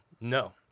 No